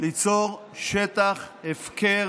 ליצור שטח הפקר